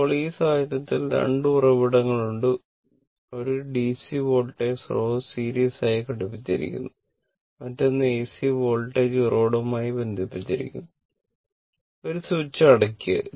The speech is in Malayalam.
ഇപ്പോൾ ഈ സാഹചര്യത്തിൽ 2 ഉറവിടങ്ങൾ ഉണ്ട് ഒരു r DC വോൾട്ടേജ് സ്രോതസ്സ് സീരീസ് ആയി ബന്ധിപ്പിച്ചിരിക്കുന്നു മറ്റൊന്ന് AC വോൾട്ടേജ് ഉറവിഡവുമായി ബന്ധിപ്പിച്ചിരിക്കുന്നു ഒരു സ്വിച്ച് അടയ്ക്കുക